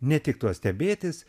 ne tik tuo stebėtis